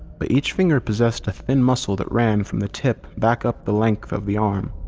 but each finger possessed a thin muscle that ran from the tip back up the length of the arm.